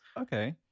Okay